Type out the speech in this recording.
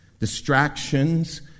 distractions